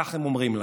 כך הם אומרים לנו,